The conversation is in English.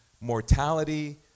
mortality